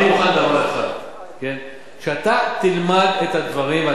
אני מוכן שאתה תלמד את הדברים.